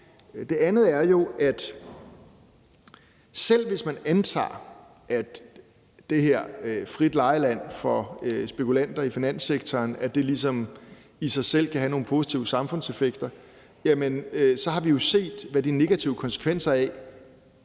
Det andet er jo, at selv hvis man antager, at det her frie legeland for spekulanter i finanssektoren i sig selv kan have nogle positive samfundseffekter, så har vi jo set, hvad de negative konsekvenser af